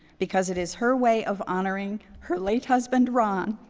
because it is her way of honoring her late husband, ron,